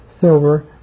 silver